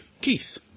Keith